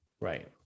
right